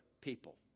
people